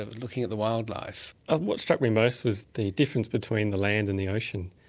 and looking at the wildlife? and what struck me most was the difference between the land and the ocean.